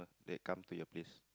that come to your place